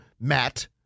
Matt